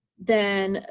then,